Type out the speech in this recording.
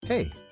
Hey